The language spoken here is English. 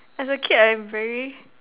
as a kid I'm very